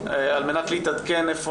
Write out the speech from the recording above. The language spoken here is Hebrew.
על מנת להתעדכן איפה